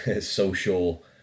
social